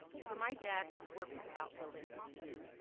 for my dad, his work was about building community.